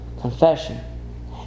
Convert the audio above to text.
confession